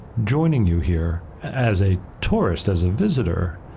joining you here as a tourist, as a visitor,